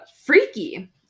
freaky